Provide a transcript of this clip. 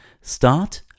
Start